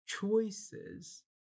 choices